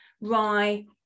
rye